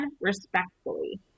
respectfully